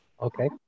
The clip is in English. Okay